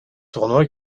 tournoi